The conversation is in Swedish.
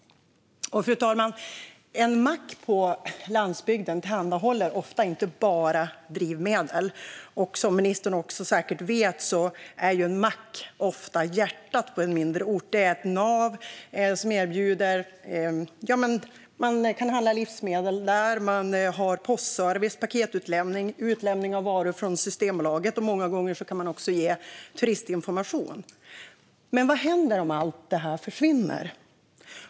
Fru talman! En mack på landsbygden tillhandahåller ofta inte bara drivmedel. Som ministern säkert också vet är en mack ofta hjärtat på en mindre ort, ett nav där man kan handla livsmedel och som har postservice, paketutlämning och utlämning av varor från Systembolaget. Många gånger kan man också ge turistinformation. Men vad händer om allt det här försvinner?